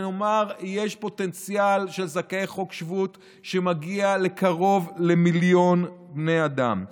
יש פוטנציאל של זכאי חוק שבות שמגיע לקרוב למיליון בני אדם.